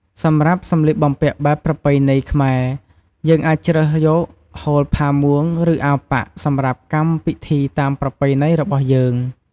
សម្រាប់សម្លៀកបំពាក់បែបប្រពៃណីខ្មែរយើងអាចជ្រើសយក ហូល ផាមួង ឬអាវប៉ាក់សម្រាប់កម្មពិធីតាមប្រពៃណីរបស់យើង។